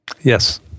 Yes